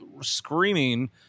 screaming